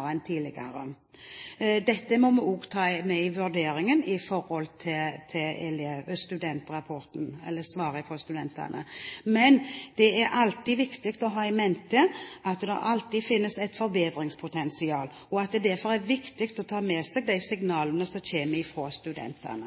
enn tidligere. Dette må vi også ta med i vurderingen i forhold til svaret fra studentene. Men det er viktig å ha i mente at det alltid finnes et forbedringspotensial, og at det derfor er viktig å ta med seg de signalene som kommer fra studentene.